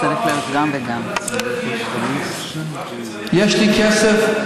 האוצר אמר שלחצבת יש כסף, יש לי כסף,